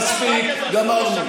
גמרנו.